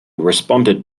responded